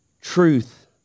truth